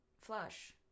Flush